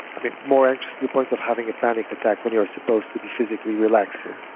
i mean, more anxious to the point of having a panic attack when you are supposed to be physically relaxing.